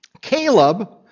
Caleb